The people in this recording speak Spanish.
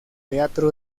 teatro